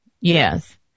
Yes